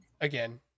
again